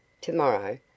tomorrow